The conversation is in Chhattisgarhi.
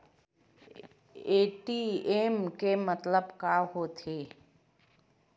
ए.टी.एम के मतलब का होथे?